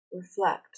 Reflect